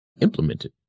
implemented